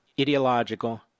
ideological